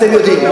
המאיסו את